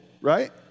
right